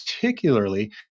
particularly